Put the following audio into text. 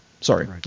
Sorry